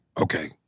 Okay